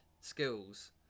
skills